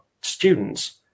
students